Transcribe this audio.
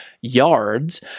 yards